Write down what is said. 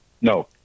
No